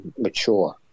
mature